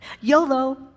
YOLO